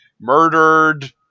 murdered